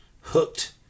hooked